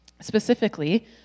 Specifically